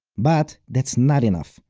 but that's not enough,